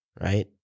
Right